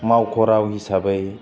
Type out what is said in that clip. मावख' राव हिसाबै